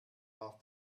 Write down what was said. off